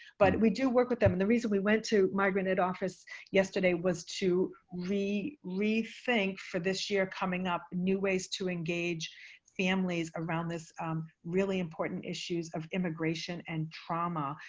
but we do work with them. and the reason we went to migrant aid office yesterday was to rethink for this year coming up new ways to engage families around this really important issues of immigration and trauma.